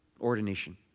ordination